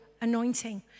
anointing